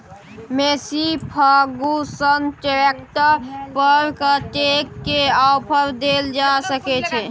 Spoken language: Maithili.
मेशी फर्गुसन ट्रैक्टर पर कतेक के ऑफर देल जा सकै छै?